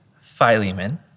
philemon